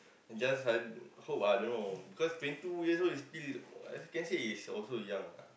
just I hope ah I don't know cause twenty two years old is still as you can say is also young ah